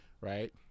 right